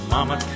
Mama